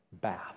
bath